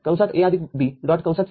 A B